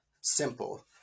simple